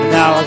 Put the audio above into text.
Now